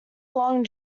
long